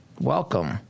welcome